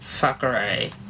fuckery